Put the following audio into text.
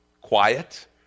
quiet